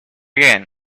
again